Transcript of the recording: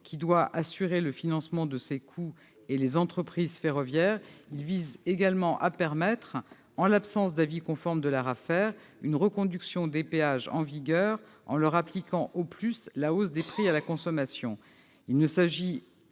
qui doit assurer le financement de ses coûts et, d'autre part, les entreprises ferroviaires, cet amendement tend également à permettre, en l'absence d'avis conforme de l'ARAFER, une reconduction des péages en vigueur, en leur appliquant au plus la hausse des prix à la consommation.